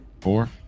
Four